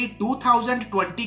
2020